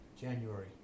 January